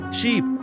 sheep